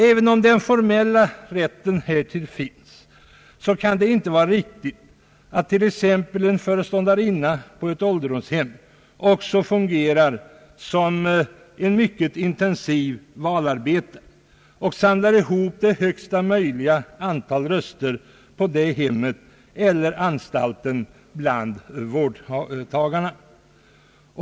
Även om den formella rätten finns kan det inte vara riktigt att t.ex. en föreståndarinna på ett ålderdomshem också fungerar som en mycket intensiv valarbetare och samlar ihop största möjliga antal röster bland vårdtagarna på hemmet eller anstalten.